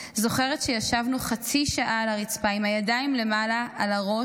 זוכרת שישבנו חצי שעה על הרצפה עם הידיים למעלה על הראש,